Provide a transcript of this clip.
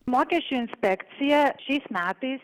mokesčių inspekcija šiais metais